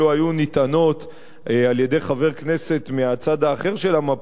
נטענות על-ידי חבר כנסת מהצד האחר של המפה,